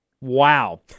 Wow